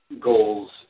goals